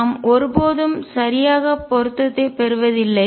நாம் ஒருபோதும் சரியாகப் பொருத்தத்தை பெறுவதில்லை